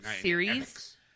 series